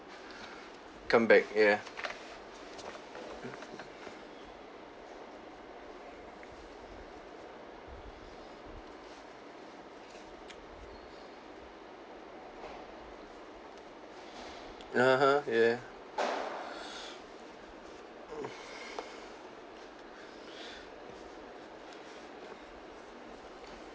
come back ya (uh huh) yeah